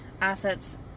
assets